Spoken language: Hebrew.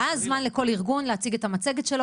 היה זמן לכל ארגון להציג את המצגת שלו